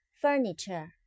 furniture